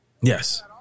Yes